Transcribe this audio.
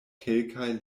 kelkaj